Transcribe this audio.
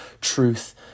truth